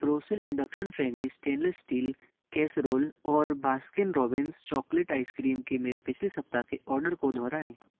Borosil induction friendly stainless steel casserole और Baskin Robbins chocolate ice cream के मेरे पिछले सप्ताह के ऑर्डर को दोहराएँ